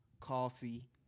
coffee